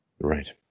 Right